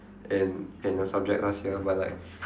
in in a subject last year but like